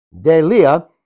delia